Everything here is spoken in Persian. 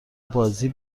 بازی